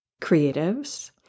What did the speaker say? creatives